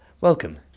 Welcome